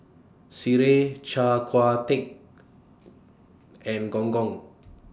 Sireh Char Kway Teow and Gong Gong